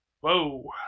whoa